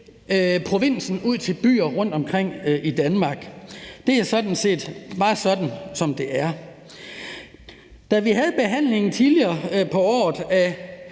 provinsen, ud til byer rundtomkring i Danmark. Det er sådan set bare sådan, det er. Da vi tidligere på året